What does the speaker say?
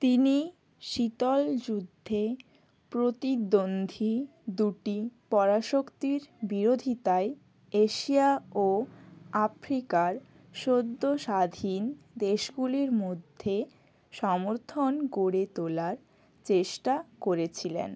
তিনি শীতল যুদ্ধে প্রতিদ্বন্দ্বী দুটি পরাশক্তির বিরোধিতায় এশিয়া ও আফ্রিকার সদ্য স্বাধীন দেশগুলির মধ্যে সমর্থন গড়ে তোলার চেষ্টা করেছিলেন